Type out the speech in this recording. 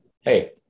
hey